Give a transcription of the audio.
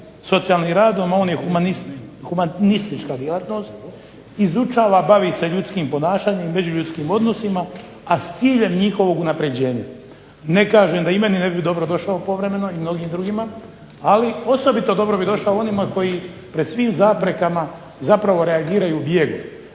socijalnim radom, a on je humanistička djelatnost, izučava, bavi se ljudskim ponašanjem i međuljudskim odnosima a s ciljem njihovog unapređenja. Ne kažem da i meni ne bi dobro došao povremeno i mnogim drugima. Ali osobito dobro bi došao onima koji pred svim zaprekama zapravo reagiraju bijegom.